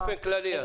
באופן כללי.